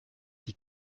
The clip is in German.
die